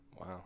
Wow